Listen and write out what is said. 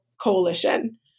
coalition